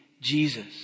Jesus